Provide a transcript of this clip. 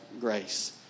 grace